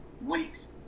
weeks